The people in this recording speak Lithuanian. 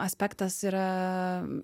aspektas yra